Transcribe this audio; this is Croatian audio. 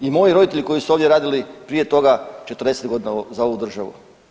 I moji roditelji koji su ovdje radili prije toga 40 godina za ovu državu.